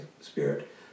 spirit